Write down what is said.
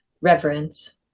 reverence